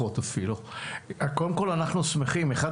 אנחנו לא נרד מהנושא הזה,